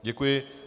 Děkuji.